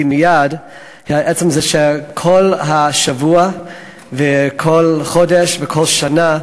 מייד היה עצם זה שכל השבוע וכל חודש וכל שנה,